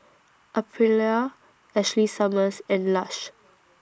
Aprilia Ashley Summers and Lush